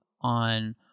On